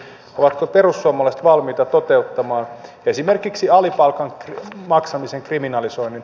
ovatko perussuomalaiset valmiita toteuttamaan esimerkiksi alipalkan maksamisen kriminalisoinnin